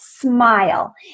smile